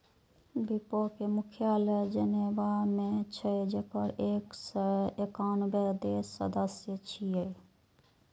विपो के मुख्यालय जेनेवा मे छै, जेकर एक सय एकानबे देश सदस्य छियै